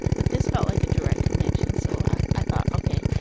but this felt like a direct connection. so i thought, ok.